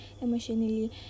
emotionally